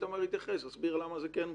איתמר התייחס, הסביר למה זה כן בוצע.